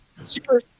Super